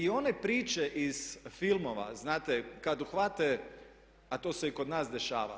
I one priče iz filmova znate kada uhvate a to se i kod nas dešava.